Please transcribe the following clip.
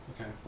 Okay